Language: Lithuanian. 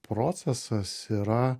procesas yra